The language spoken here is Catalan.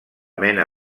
mena